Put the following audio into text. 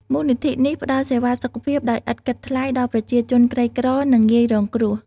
មូលនិធិនេះផ្តល់សេវាសុខភាពដោយឥតគិតថ្លៃដល់ប្រជាជនក្រីក្រនិងងាយរងគ្រោះ។